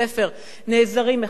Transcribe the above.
נעזרים אחד בשני,